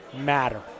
matter